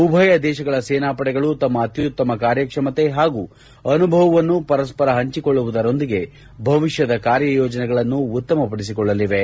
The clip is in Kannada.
ಉಭಯ ದೇಶಗಳ ಸೇನಾಪಡೆಗಳು ತಮ್ಮ ಅತ್ಯುತ್ತಮ ಕಾರ್ಯಕ್ಷಮತೆ ಹಾಗೂ ಅನುಭವವನ್ನು ಪರಸ್ಸರ ಹಂಚಿಕೊಳ್ಳುವುದರೊಂದಿಗೆ ಭವಿಷ್ಯದ ಕಾರ್ಯಯೋಜನೆಗಳನ್ನು ಉತ್ತಮ ಪದಿಸಿಕೊಳ್ಳಲಿವೆ